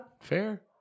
Fair